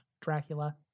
Dracula